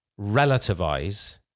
relativize